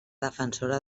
defensora